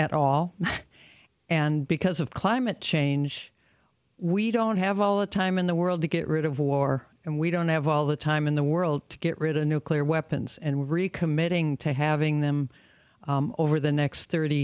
at all and because of climate change we don't have all the time in the world to get rid of war and we don't have all the time in the world to get rid of nuclear weapons and recommitting to having them over the next thirty